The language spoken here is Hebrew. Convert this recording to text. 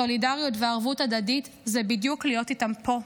סולידריות וערבות הדדית זה בדיוק להיות איתם פה,